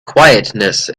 quietness